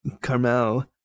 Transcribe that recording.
Carmel